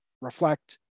reflect